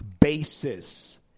basis